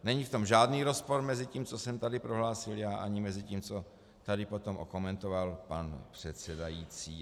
Není v tom žádný rozpor mezi tím, co jsem tady prohlásil já, a tím, co tady potom okomentoval pan předsedající.